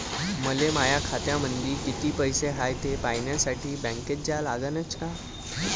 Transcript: मले माया खात्यामंदी कितीक पैसा हाय थे पायन्यासाठी बँकेत जा लागनच का?